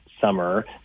summer